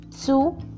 two